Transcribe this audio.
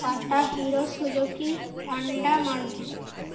Tata hero Suzuki Honda Maruti